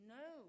no